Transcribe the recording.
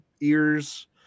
ears